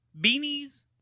beanies